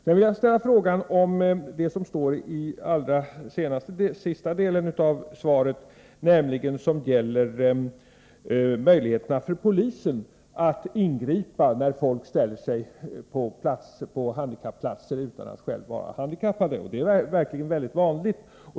Sedan vill jag ställa en fråga om det som står i den sista delen av svaret, nämligen om det som gäller möjligheten för polisen att ingripa när folk ställer sig på handikapplatser utan att själva vara handikappade. Det är mycket vanligt.